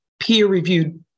peer-reviewed